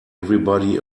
everybody